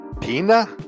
Pina